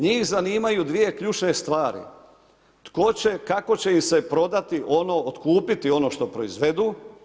Njih zanimaju dvije ključne stvari, tko će, kako će ih se prodati ono, otkupiti ono što proizvedu.